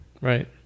Right